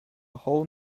whole